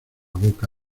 boca